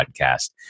podcast